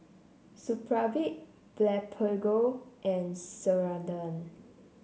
Supravit Blephagel and Ceradan